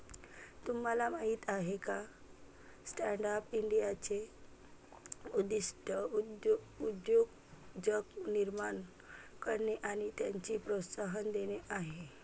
तुम्हाला माहीत आहे का स्टँडअप इंडियाचे उद्दिष्ट उद्योजक निर्माण करणे आणि त्यांना प्रोत्साहन देणे आहे